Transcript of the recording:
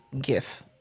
GIF